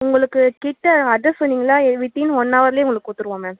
உங்களுக்கு கிட்டே அட்ரஸ் சொன்னிங்கனா வித்தின் ஒன் ஹவர்லேயே உங்களுக்கு கொடுத்துருவோம் மேம்